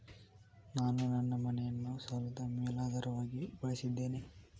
ನಾನು ನನ್ನ ಮನೆಯನ್ನು ಸಾಲದ ಮೇಲಾಧಾರವಾಗಿ ಬಳಸಿದ್ದೇನೆ